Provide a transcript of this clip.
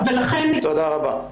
עידית רייכרט,